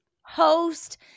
host